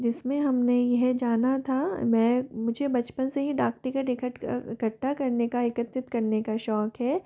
जिसमें हमने यह जाना था मैं मुझे बचपन से ही डाक टिकट इकठ एकठ्ठा करने का एकत्रित करने का शौक़ है